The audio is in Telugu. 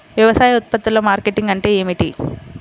వ్యవసాయ ఉత్పత్తుల మార్కెటింగ్ అంటే ఏమిటి?